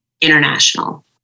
International